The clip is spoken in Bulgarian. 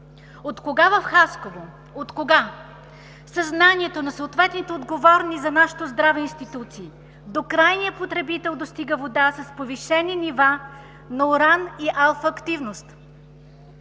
От кога в Хасково, от кога със знанието на съответните отговорни за нашето здраве институции до крайния потребител достига вода с повишени нива на уран и алфа активност?